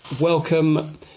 welcome